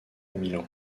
milan